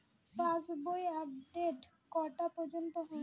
পাশ বই আপডেট কটা পর্যন্ত হয়?